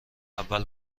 اول